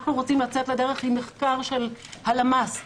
אנחנו רוצים לצאת לדרך עם מחקר של הלשכה המרכזית לסטטיסטיקה,